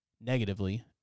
negatively